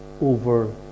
over